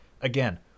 again